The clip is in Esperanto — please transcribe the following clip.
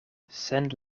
sen